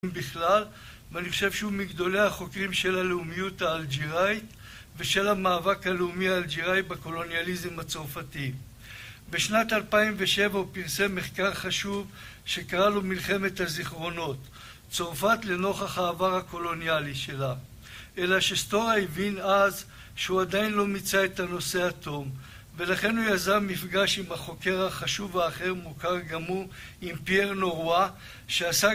בכלל, ואני חושב שהוא מגדולי החוקרים של הלאומיות האלג'יראית ושל המאבק הלאומי האלג'יראי בקולוניאליזם הצרפתי. בשנת 2007 הוא פרסם מחקר חשוב שקרא לו מלחמת הזיכרונות, צרפת לנוכח העבר הקולוניאלי שלה. אלא שסטורה הבין אז שהוא עדיין לא מיצה את הנושא עד תום, ולכן הוא יזם מפגש עם החוקר החשוב האחר מוכר גם הוא, עם פיאר נורואה, שעסק.